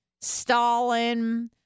Stalin